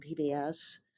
PBS